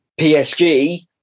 PSG